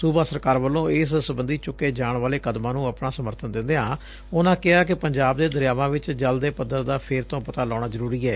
ਸੁਬਾ ਸਰਕਾਰ ਵੱਲੋਂ ਇਸ ਸੱਬੰਧੀ ਚੁੱਕੇ ਜਾਣ ਵਾਲੇ ਕਦਮਾ ਨੂੰ ਆਪਣਾ ਸਮਰਬਨ ਦਿਦਿਆਂ ਉਨੂਾ ਕਿਹਾ ਕਿ ਪੰਜਾਬ ਦੇ ਦਰਿਆਵਾਂ ਵਿਚ ਜਲ ਦੇ ਪੱਧਰ ਦਾ ਫੇਰ ਤੋ ਪਤਾ ਲਾਉਣਾ ਜ਼ਰਰੀ ਏ